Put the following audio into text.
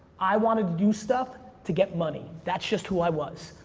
i wanted to do stuff to get money. that's just who i was,